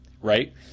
right